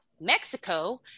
Mexico